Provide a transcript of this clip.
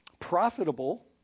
profitable